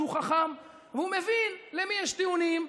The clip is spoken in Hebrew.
שהוא חכם והוא מבין למי יש טיעונים,